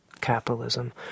capitalism